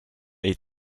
eat